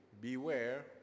Beware